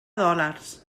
dòlars